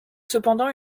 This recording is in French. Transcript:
cependant